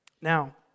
now